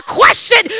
question